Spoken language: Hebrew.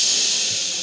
(קוראת בשמות חברי הכנסת)